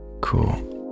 cool